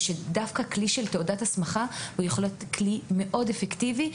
ושדווקא כלי של תעודת הסמכה יכול להיות כלי מאוד אפקטיבי,